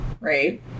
right